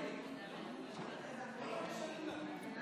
של עובד או נושא משרה),